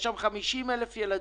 יש שם 50,000 ילדים.